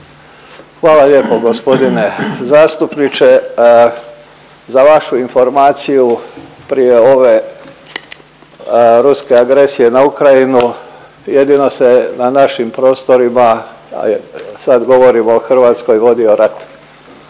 Hvala lijepo gospodine zastupniče. Za vašu informaciju prije ove ruske agresije na Ukrajinu jedino se na našim prostorima sad govorimo o Hrvatskoj vodio rat.